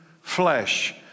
flesh